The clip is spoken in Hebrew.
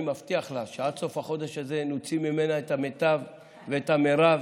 אני מבטיח לה שעד סוף החודש הזה נוציא ממנה את המיטב ואת המרב,